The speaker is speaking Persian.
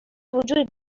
وجود